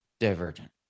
Divergent